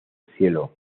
cielo